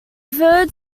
third